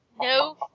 No